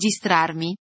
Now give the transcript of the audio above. registrarmi